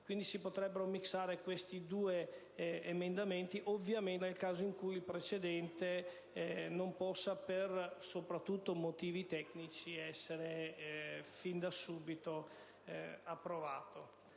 Si potrebbero unire questi due emendamenti, ovviamente nel caso in cui il precedente non possa, soprattutto per motivi tecnici, essere fin da subito approvato.